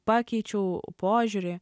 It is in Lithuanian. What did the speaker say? pakeičiau požiūrį